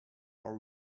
are